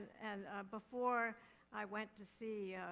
and before i went to see,